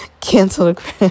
canceled